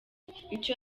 icyo